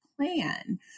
plan